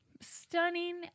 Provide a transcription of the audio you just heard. stunning